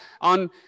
on